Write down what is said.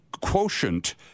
quotient